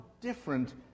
different